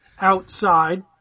outside